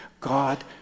God